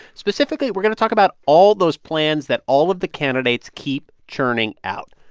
specifically, we're going to talk about all those plans that all of the candidates keep churning out.